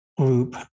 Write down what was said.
Group